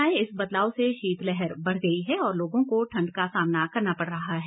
मौसम में आए इस बदलाव से शीतलहर बढ़ गई है और लोगों को ठंड का सामना करना पड़ रहा है